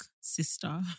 sister